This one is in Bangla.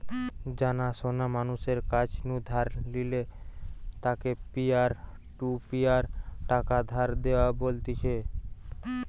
জানা শোনা মানুষের কাছ নু ধার নিলে তাকে পিয়ার টু পিয়ার টাকা ধার দেওয়া বলতিছে